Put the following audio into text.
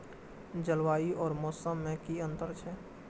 जलवायु और मौसम में कि अंतर छै?